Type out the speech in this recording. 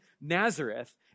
Nazareth